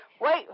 Wait